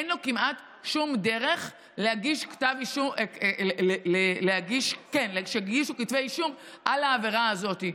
אין לו כמעט שום דרך שיגישו כתבי אישום על העבירה הזאת.